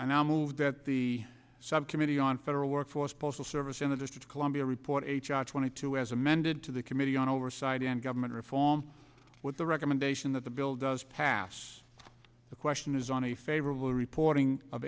i move that the subcommittee on federal workforce postal service in the district of columbia report h r twenty two as amended to the committee on oversight and government reform with the recommendation that the bill does pass the question is on a favorable reporting of